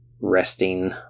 resting